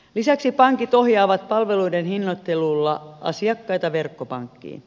lisäksi pankit ohjaavat palveluiden hinnoittelulla asiakkaita verkkopankkiin